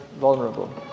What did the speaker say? vulnerable